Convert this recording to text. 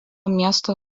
miesto